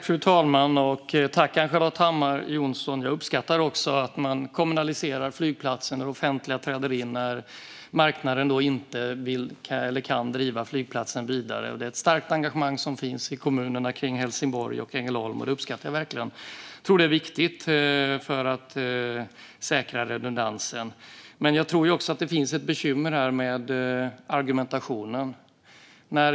Fru talman! Tack, Ann-Charlotte Hammar Johnsson! Jag uppskattar också att man kommunaliserar flygplatsen och att det offentliga träder in när marknaden inte vill eller kan driva flygplatsen vidare. Det är ett starkt engagemang som finns i kommunerna kring Helsingborg och Ängelholm. Det uppskattar jag verkligen. Jag tror att det är viktigt för att säkra redundansen. Jag tror också att det finns ett bekymmer här med argumentationen.